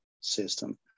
system